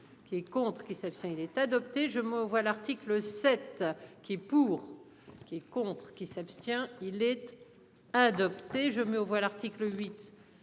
Qui est contre qui s'abstient est adopté. Je me vois l'article 7 qui est pour. Qui est contre qui s'abstient-il être. Adopté je mets aux voix l'article 8.